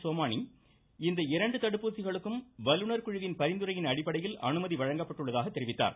சோமானி இந்த இரண்டு தடுப்பூசிகளுக்கும் வல்லுநர்குழுவின் பரிந்துரையின் அடிப்படையில் அனுமதி வழங்கப்பட்டுள்ளதாக தெரிவித்தார்